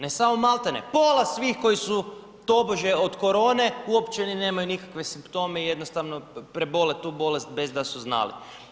Ne samo maltene, pola svih koji su tobože od korone uopće ni nemaju nikakve simptome i jednostavno prebole tu bolest bez da su znali.